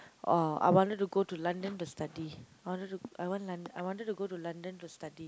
oh I wanted to go to London to study I wanted to I want Lon~ I wanted to go to London to study